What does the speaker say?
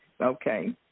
Okay